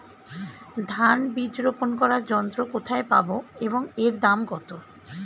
ধান বীজ রোপন করার যন্ত্র কোথায় পাব এবং এর দাম কত?